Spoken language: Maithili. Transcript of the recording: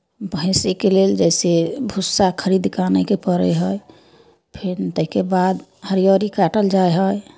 भैँसीके लेल जइसे भुस्सा खरीद कऽ आनयके पड़ैत हइ फेन ताहिके बाद हरिअरी काटल जाइ हइ